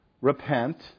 Repent